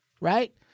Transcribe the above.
right